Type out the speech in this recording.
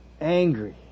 angry